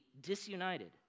disunited